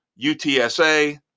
UTSA